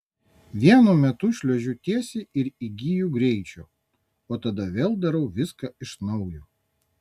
vienu metu šliuožiu tiesiai ir įgyju greičio o tada vėl darau viską iš naujo